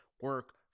Work